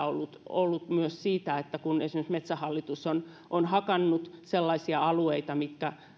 ollut paljon myös paikallisia kiistoja siitä että esimerkiksi metsähallitus on on hakannut sellaisia alueita mitkä